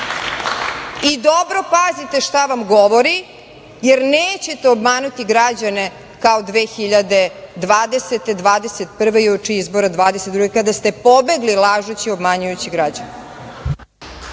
i dobro pazite šta vam govori, jer nećete obmanuti građane kao 2020. 2021. i uoči izbora 2022. kada ste pobegli lažući i obmanjujući građane.